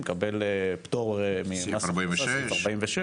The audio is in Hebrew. מקבל פטור --- סעיף 46. סעיף 46,